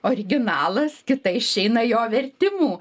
originalas kita išeina jo vertimų